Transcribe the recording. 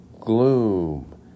gloom